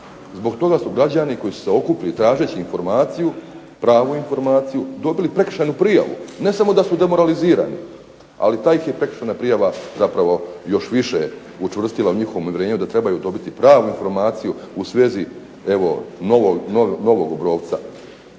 Zbog toga su građani koji su se okupili tražeći informaciju, pravu informaciju dobili prekršajnu prijavu. Ne samo da su demoralizirani, ali ta ih je prekršajna prijava zapravo još više učvrstila u njihovom uvjerenju da trebaju dobiti pravu informaciju u svezi novog Obrovca,